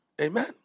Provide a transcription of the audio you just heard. Amen